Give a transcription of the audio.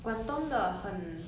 广东的很